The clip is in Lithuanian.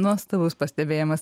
nuostabus pastebėjimas